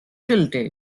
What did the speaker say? tilted